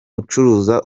ucuruza